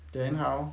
then how